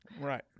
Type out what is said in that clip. Right